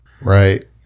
Right